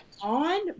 on